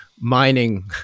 mining